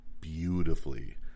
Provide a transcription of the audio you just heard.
beautifully